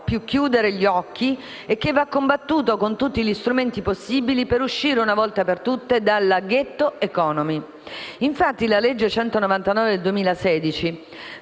più chiudere gli occhi e che va combattuto con tutti gli strumenti possibili per uscire, una volta per tutte, dalla '"ghetto *economy*". Infatti, la legge n. 199 del 2016